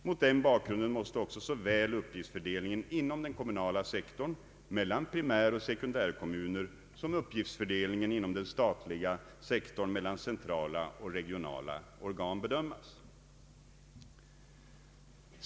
Mot den bakgrunden måste också såväl uppgiftsfördelningen inom den kommunala sektorn mellan primäroch sekundärkommuner som uppgiftsfördelningen inom den statliga sektorn mellan centrala och regionala organ bedömas.